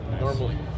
Normally